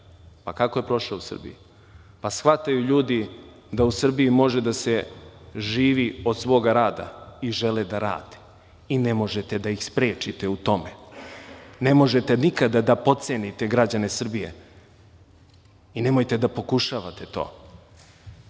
kako je prošao u Srbiji? Shvataju ljudi da u Srbiji može da se živi od svoga rada i žele da rade i ne možete da ih sprečite u tome. Ne možete nikada da potcenite građane Srbije i nemojte nikada da pokušavate